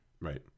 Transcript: Right